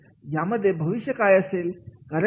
यामध्ये भविष्य काय असेल